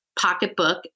pocketbook